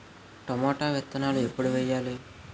Tomato విత్తనాలు ఎప్పుడు వెయ్యాలి?